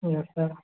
yes sir